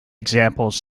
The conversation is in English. examples